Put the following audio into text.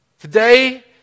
Today